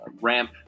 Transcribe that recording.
ramp